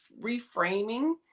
reframing